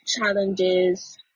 challenges